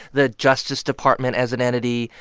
the justice department as an entity,